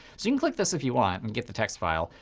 you can click this if you want and get the text file.